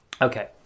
okay